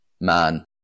man